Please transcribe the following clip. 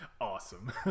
awesome